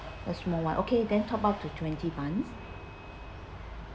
a small one okay then top up to twenty buns